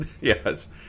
Yes